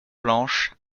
planche